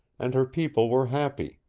and her people were happy.